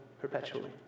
perpetually